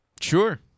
Sure